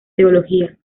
teología